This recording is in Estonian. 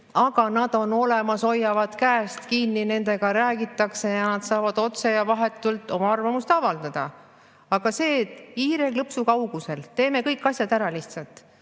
aga nad on seal olemas, hoiavad käest kinni, nendega räägitakse ja nad saavad otse ja vahetult oma arvamust avaldada. Aga see, et on hiireklõpsu kaugusel, teeme kõik asjad ära lihtsalt,